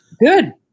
Good